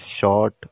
short